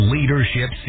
Leadership